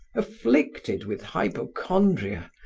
afflicted with hypochondria,